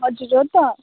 हजुर हो त